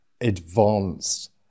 advanced